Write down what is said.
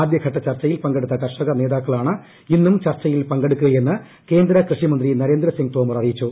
ആദ്യ ഘട്ട ചർച്ചയിൽ പങ്കെടുത്ത കർഷക നേതാക്കളാണ് ഇന്നും ചർച്ചയിൽ പങ്കെടുക്കുകയെന്ന് കേന്ദ്ര കൃഷിമന്ത്രി നരേന്ദ്രസിങ് തോമർ അറിയിച്ചു